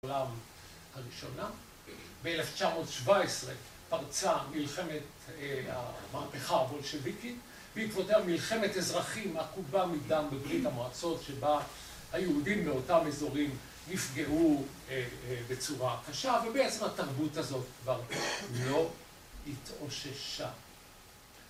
...העולם הראשונה. ב-1917 פרצה מלחמת המהפכה הבולשביקית בעקבותיה מלחמת אזרחים עקובה מדם בברית המועצות שבה היהודים מאותם אזורים נפגעו בצורה קשה ובעצם התרבות הזאת כבר לא התאוששה